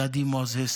גדי מוזס,